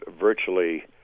virtually